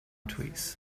trees